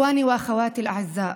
(אומרת דברים בשפה הערבית,